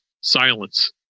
silence